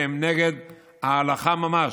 שהם נגד ההלכה ממש.